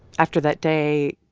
after that day,